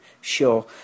Sure